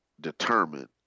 determined